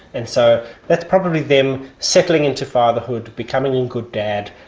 and so that's probably them settling into fatherhood, becoming a good dad,